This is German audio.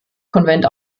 konvent